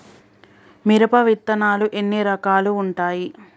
మిరప విత్తనాలు ఎన్ని రకాలు ఉంటాయి?